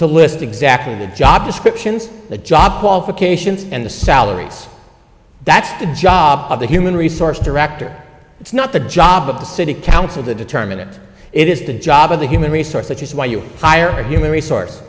to list exactly the job descriptions the job qualifications and the salaries that's of the human resource director it's not the job of the city council to determine that it is the job of the human resource which is why you hire a human resource